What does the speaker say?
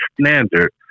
standard